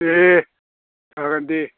दे जागोन दे